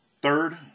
Third